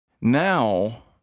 Now